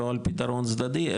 לא על פתרון צדדי,